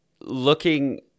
looking